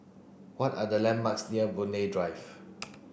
what are the landmarks near Boon Lay Drive